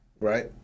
right